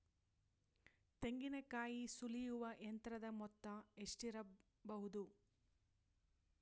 ತೆಂಗಿನಕಾಯಿ ಸುಲಿಯುವ ಯಂತ್ರದ ಮೊತ್ತ ಎಷ್ಟಿರಬಹುದು?